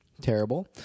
terrible